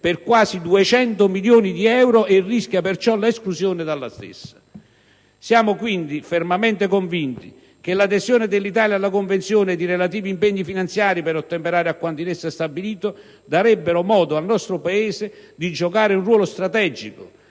per quasi 200 milioni di euro e rischia perciò l'esclusione dalla stessa. Siamo quindi fermamente convinti che l'adesione dell'Italia alla Convenzione ed i relativi impegni finanziari per ottemperare a quanto in essa stabilito darebbero modo al nostro Paese di giocare un ruolo strategico